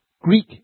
Greek